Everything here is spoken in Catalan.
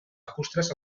lacustres